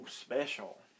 special